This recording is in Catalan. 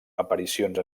aparicions